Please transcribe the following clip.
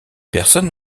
personne